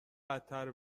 بدتر